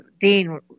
Dean